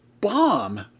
bomb